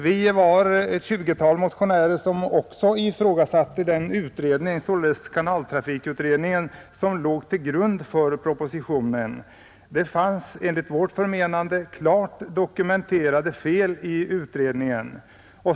Vi var ett tjugotal motionärer som ifrågasatte den utredning, kanaltrafikutredningen, som låg till grund för propositionen. Det fanns enligt vårt förmenande klart dokumenterade fel i utredningen.